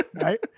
Right